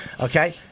Okay